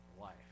life